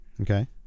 okay